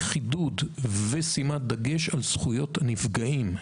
חידוד ושימת דגש על זכויות הנפגעים.